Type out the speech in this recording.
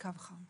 אין קו חם.